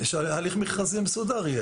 יהיה הליך מכרזי מסודר.